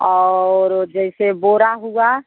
और जैसे बोरा हुआ